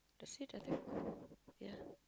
that's it I think yeah